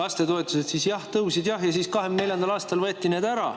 lastetoetused tõusid, siis jah, tõusid, aga 2024. aastal võeti need ära.